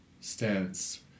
stance